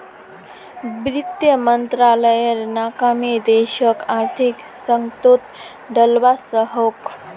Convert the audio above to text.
वित मंत्रालायेर नाकामी देशोक आर्थिक संकतोत डलवा सकोह